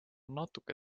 natuke